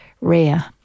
rare